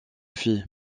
fille